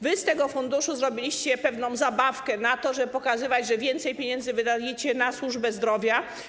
Wy z tego funduszu zrobiliście pewną zabawkę, po to żeby pokazywać, że więcej pieniędzy wydajecie na służbę zdrowia.